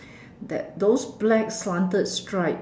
that those black slanted stripe